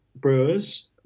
brewers